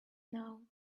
now